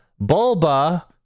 Bulba